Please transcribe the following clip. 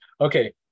okay